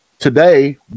today